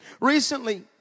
Recently